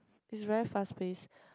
is very fast pace